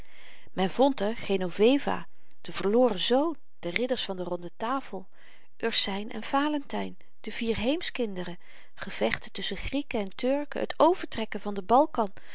vond er genoveva den verloren zoon de ridders van de ronde tafel ursyn en valentyn de vier heemskinderen gevechten tusschen grieken en turken het overtrekken van den balkan